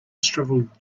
shriveled